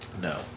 No